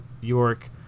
York